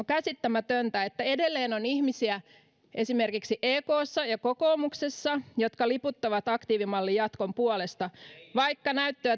käsittämätöntä että edelleen on ihmisiä esimerkiksi ekssa ja kokoomuksessa jotka liputtavat aktiivimallin jatkon puolesta vaikka näyttöä